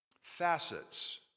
facets